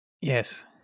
Yes